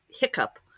hiccup